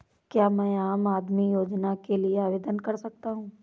क्या मैं आम आदमी योजना के लिए आवेदन कर सकता हूँ?